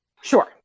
sure